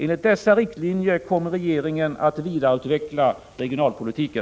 Enligt dessa riktlinjer kommer regeringen att vidareutveckla regionalpolitiken.